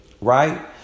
Right